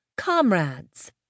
Comrades